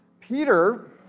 Peter